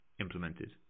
implemented